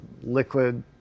liquid